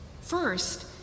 First